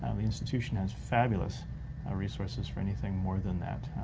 um institution has fabulous resources for anything more than that,